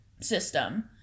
system